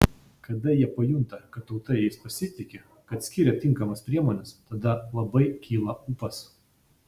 kada jie pajunta kad tauta jais pasitiki kad skiria tinkamas priemones tada labai kyla ūpas